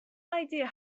idea